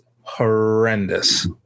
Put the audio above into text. horrendous